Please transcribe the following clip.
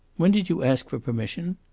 when did you ask for permission?